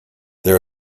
there